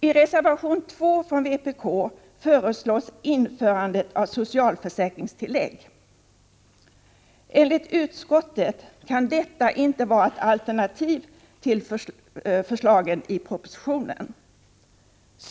I reservation 2 från vpk föreslås införandet av socialförsäkringstillägg, SOFT. Enligt utskottet kan detta inte vara ett alternativ till förslagen i propositionen.